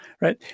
right